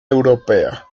europea